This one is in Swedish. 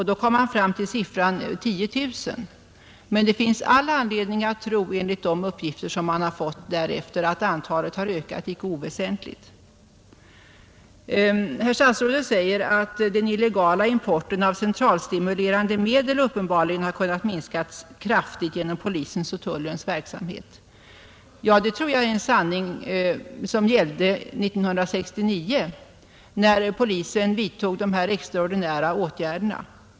Då kom man fram till siffran 10 000. Men det finns all anledning att tro, enligt de uppgifter man har fått därefter, att antalet har ökat icke oväsentligt. Herr statsrådet säger att den illegala importen av centralstimulerande medel uppenbarligen kunnat minskas kraftigt genom polisens och tullens verksamhet. Det tror jag är en sanning som gällde 1969, när polisen vidtog de extraordinära åtgärderna.